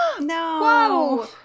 no